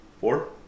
Four